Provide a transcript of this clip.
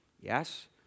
Yes